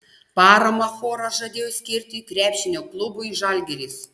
paramą choras žadėjo skirti krepšinio klubui žalgiris